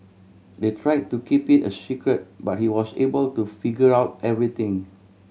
they try to keep it a secret but he was able to figure out everything